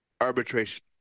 arbitration